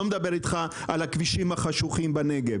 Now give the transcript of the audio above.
לא מדברים איתך על הכבישים החשוכים בנגב